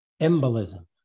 embolism